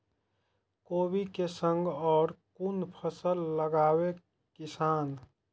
कोबी कै संग और कुन फसल लगावे किसान?